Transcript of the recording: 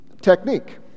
technique